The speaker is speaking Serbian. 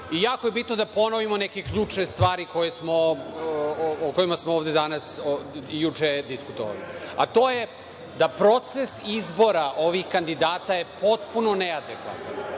i jako je bitno da ponovimo neke ključne stvari o kojima smo ovde danas i juče diskutovali, a to je da proces izbora ovih kandidata je potpuno